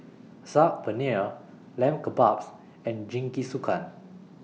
Saag Paneer Lamb Kebabs and Jingisukan